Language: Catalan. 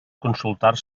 consultar